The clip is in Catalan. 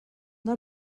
del